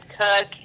cook